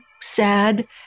sad